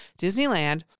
disneyland